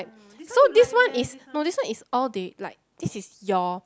so this one is no this one is all they like this is your